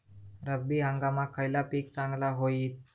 रब्बी हंगामाक खयला पीक चांगला होईत?